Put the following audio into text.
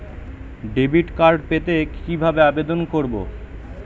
Debit card পেতে কি ভাবে আবেদন করব?